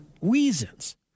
reasons